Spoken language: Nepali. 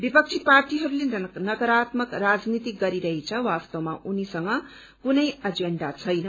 विपक्षी पार्टीहरूले नकारात्मक राजनीति गरिरहेछ वास्तवमा उनीसँग कुनै एजेण्डा छैन